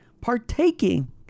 partaking